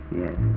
yes